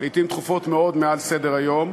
לעתים תכופות מאוד מעל סדר-היום,